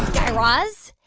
guy raz,